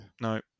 no